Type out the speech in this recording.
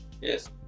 Yes